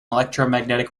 electromagnetic